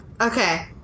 Okay